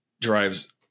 drives